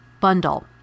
bundle